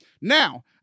Now